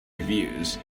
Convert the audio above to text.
reviews